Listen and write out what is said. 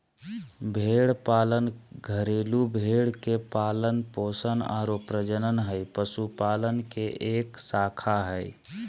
भेड़ पालन घरेलू भेड़ के पालन पोषण आरो प्रजनन हई, पशुपालन के एक शाखा हई